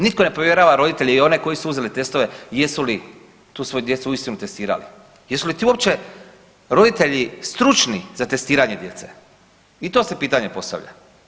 Nitko ne provjerava roditelj i one koji su uzeli testove jesu li tu svoju djecu uistinu testirali, jesu li to uopće roditelji stručni za testiranje djece i to se pitanje postavlja?